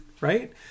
right